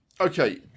okay